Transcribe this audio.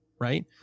right